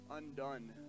Undone